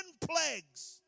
plagues